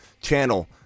channel